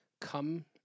come